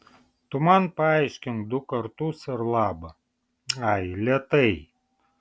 tu man paaiškink du kartus ir laba ai lėtai